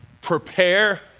Prepare